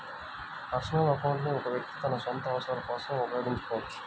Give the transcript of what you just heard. personal account ని ఒక వ్యక్తి తన సొంత అవసరాల కోసం ఉపయోగించుకోవచ్చు